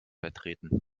vertreten